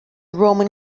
roman